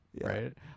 Right